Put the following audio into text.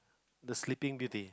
the sleeping beauty